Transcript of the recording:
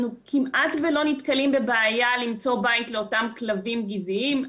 אנחנו כמעט ולא נתקלים בבעיה למצוא בית לאותם כלבים גזעיים,